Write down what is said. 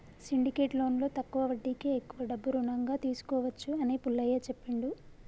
syndicate లోన్లో తక్కువ వడ్డీకే ఎక్కువ డబ్బు రుణంగా తీసుకోవచ్చు అని పుల్లయ్య చెప్పిండు